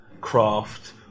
craft